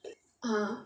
ah